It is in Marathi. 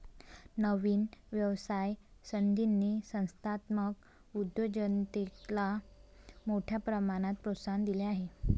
नवीन व्यवसाय संधींनी संस्थात्मक उद्योजकतेला मोठ्या प्रमाणात प्रोत्साहन दिले आहे